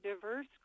diverse